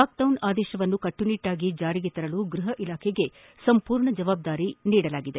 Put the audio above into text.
lockdown ಆದೇಶವನ್ನು ಕಟ್ಟುನಿಟ್ಟಾಗಿ ಜಾರಿಗೆ ತರಲು ಗೃಪ ಇಲಾಖೆಗೆ ಪೂರ್ಣ ಜವಾಬ್ದಾರಿ ನೀಡಲಾಗಿದೆ